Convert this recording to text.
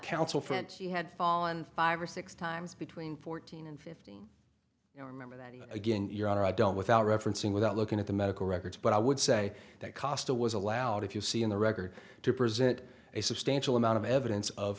counsel fent she had fallen five or six times between fourteen and fifteen you know remember that again your honor i don't without referencing without looking at the medical records but i would say that costa was allowed if you see in the record to present a substantial amount of evidence of